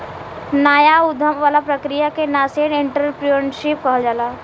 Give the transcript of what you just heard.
नाया उधम वाला प्रक्रिया के नासेंट एंटरप्रेन्योरशिप कहल जाला